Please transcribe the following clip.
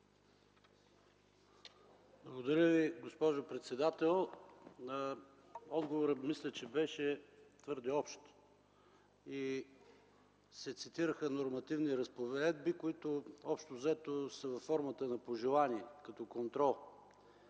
Благодаря Ви, госпожо председател. Отговорът мисля, че беше твърде общ. Цитираха се нормативни разпоредби, които, общо взето, са под формата на пожелание за контрол.